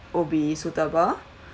would be suitable